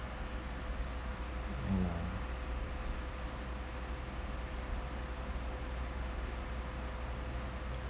ya